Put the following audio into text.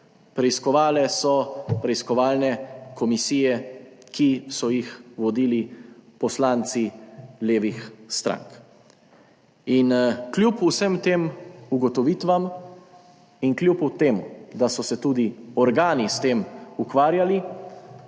preiskovalne komisije, ki so jih vodili poslanci levih strank, in kljub vsem tem ugotovitvam in kljub temu da so se tudi organi s tem ukvarjali,